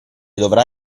dovrà